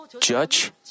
judge